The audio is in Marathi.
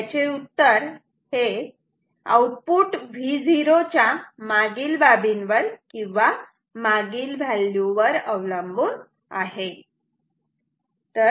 तर याचे उत्तर हे आउटपुट Vo च्या मागील बाबींवर किंवा मागील व्हॅल्यू वर अवलंबून आहे